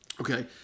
Okay